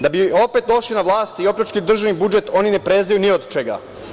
Da bi opet došli na vlast i opljačkali državni budžet, oni ne prezaju ni od čega.